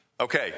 Okay